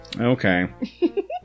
Okay